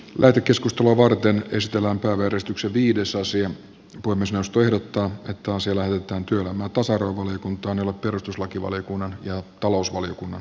puhemiesneuvosto ehdottaa että asia lähetetään työelämä ja poimi suostui otto heposelälle työntyvä tasa arvovaliokuntaan jolle perustuslakivaliokunnan ja talousvaliokunnan on annettava lausunto